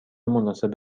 مناسب